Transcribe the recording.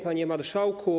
Panie Marszałku!